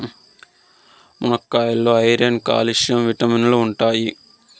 మునక్కాయాల్లో iron, calcium విటమిన్లు ఉంటాయి